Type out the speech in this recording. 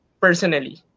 personally